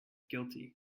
guilty